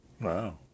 Wow